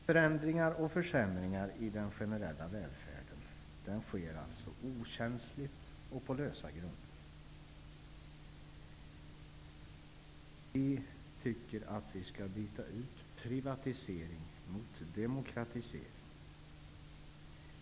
Förändringar och försämringar i den generella välfärden görs okänsligt och på lösa grunder. Vi tycker att privatisering skall bytas ut mot demokratisering.